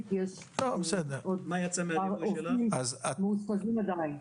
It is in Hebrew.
כי יש עוד עובדים שמאושפזים בבית החולים.